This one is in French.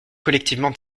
collectivement